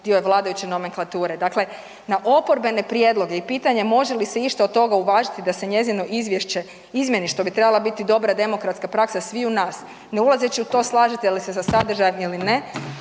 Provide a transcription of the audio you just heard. dio je vladajuće nomenklature. Dakle, na oporbene prijedloge i pitanje može li se išta od toga uvažiti da se njezino izvješće izmjeni, što bi trebala biti dobra demokratska praksa sviju nas ne ulazeći u to slažete li se sa sadržajem ili ne,